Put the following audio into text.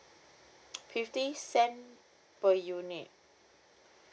fifty cent per unit